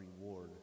reward